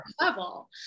level